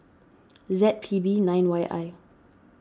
Z P B nine Y I